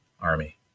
Army